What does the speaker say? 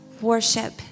worship